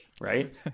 right